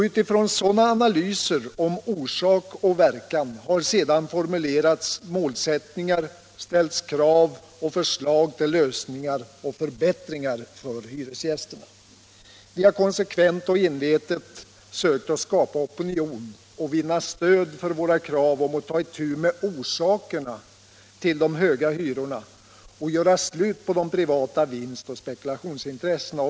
Utifrån sådana analyser om orsak och verkan har sedan formulerats målsättningar, ställts krav och förslag till lösningar och förbättringar för hyresgästerna. Vi har konsekvent och envetet sökt skapa opinion och vinna stöd för våra krav om att ta itu med orsakerna till de höga hyrorna och göra slut på de privata vinstoch spekulationsintressena.